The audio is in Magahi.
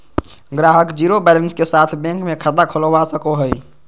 ग्राहक ज़ीरो बैलेंस के साथ बैंक मे खाता खोलवा सको हय